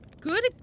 Good